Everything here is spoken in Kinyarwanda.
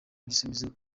ibisubizo